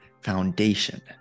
foundation